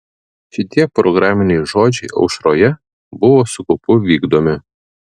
šitie programiniai žodžiai aušroje buvo su kaupu vykdomi